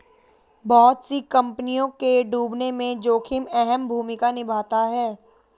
बहुत सी कम्पनियों के डूबने में जोखिम अहम भूमिका निभाता है